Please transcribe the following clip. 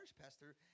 Pastor